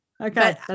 Okay